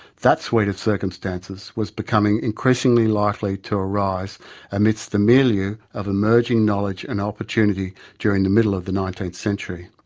that suite of circumstances was becoming increasingly likely to arise amidst the milieu ah of emerging knowledge and opportunity during the middle of the nineteenth century.